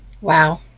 Wow